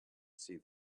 see